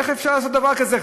איך אפשר לעשות דבר כזה?